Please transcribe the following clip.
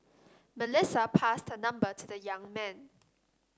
Melissa passed her number to the young man